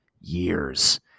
years